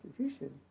constitution